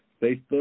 Facebook